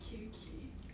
okay okay